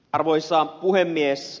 arvoisa puhemies